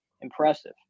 impressive